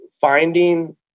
finding